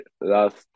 last